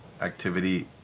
activity